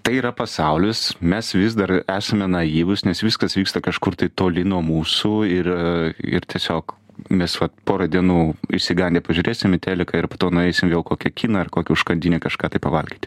tai yra pasaulis mes vis dar esame naivūs nes viskas vyksta kažkur tai toli nuo mūsų ir ir tiesiog mes vat porą dienų išsigandę pažiūrėsim į teliką ir po to nueisim jau į kokį kiną ar kokią užkandinę kažką tai pavalgyti